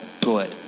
good